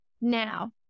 Now